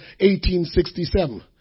1867